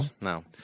No